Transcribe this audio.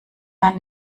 dann